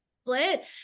split